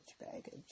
baggage